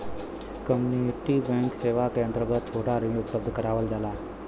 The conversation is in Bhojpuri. कम्युनिटी बैंक सेवा क अंतर्गत छोटा ऋण उपलब्ध करावल जाला